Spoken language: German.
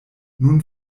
nun